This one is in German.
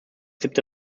siebte